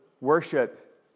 worship